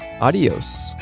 adios